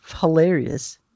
hilarious